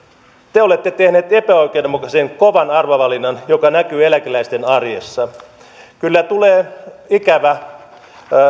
te olette tehneet epäoikeudenmukaisen kovan arvovalinnan joka näkyy eläkeläisten arjessa kyllä tulee ikävä